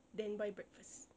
then buy breakfast